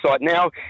now